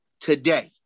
today